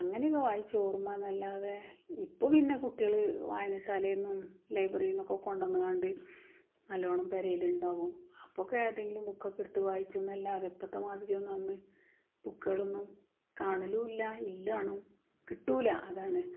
അങ്ങനെ ഒക്കെ വായിച്ച ഓർമ്മ എന്നല്ലാതെ ഇപ്പോൾ പിന്നെ കുട്ടികൾ വായനശാലയിൽ നിന്നും ലൈബ്രറീന്നൊക്കെ കൊണ്ടന്ന്കാണ്ട് നല്ലോണം പുരയിൽ ഉണ്ടാവും അപ്പം ഒക്കെ ഏതെങ്കിലും ബുക്കൊക്കെ എടുത്ത് വായിച്ചു എന്നല്ലാതെ ഇപ്പോഴത്തെ മാതിരി ഒന്നും അന്ന് ബുക്കുകളൊന്നും കാണലുമില്ല എല്ലാണു കിട്ടില്ല അതാണ്